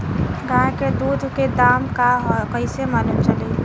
गाय के दूध के दाम का ह कइसे मालूम चली?